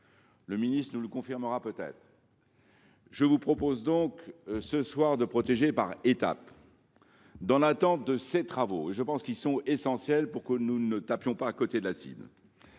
Le ministre nous le confirmera peut être. Je vous propose de procéder par étapes. Dans l’attente de ces travaux, dont je pense qu’ils sont essentiels pour que nous ne manquions pas notre cible,